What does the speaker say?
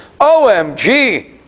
OMG